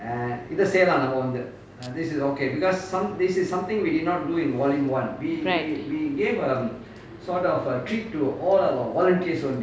right